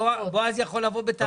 בועז יכול לבוא בטענות עלי.